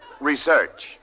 Research